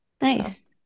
Nice